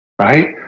right